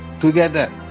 together